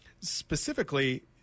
specifically